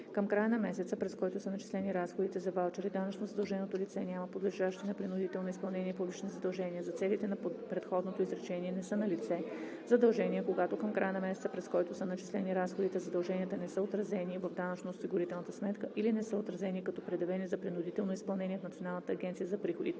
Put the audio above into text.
към края на месеца, през който са начислени разходите за ваучери, данъчно задълженото лице няма подлежащи на принудително изпълнение публични задължения. За целите на предходното изречение не са налице задължения, когато към края на месеца, през който са начислени разходите, задълженията не са отразени в данъчно-осигурителната сметка или не са отразени като предявени за принудително изпълнение в Националната агенция за приходите.“